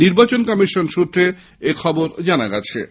নির্বাচন কমিশন সৃত্রে এখবর জানা গেছে